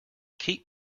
keep